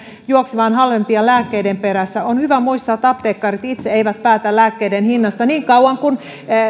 juoksemaan halvempien lääkkeiden perässä on hyvä muistaa että apteekkarit itse eivät päätä lääkkeiden hinnasta niin kauan kuin